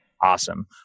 awesome